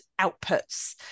outputs